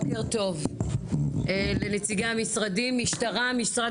בוקר טוב לנציגי המשרדים, משטרה, משרד